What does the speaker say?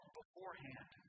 beforehand